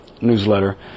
newsletter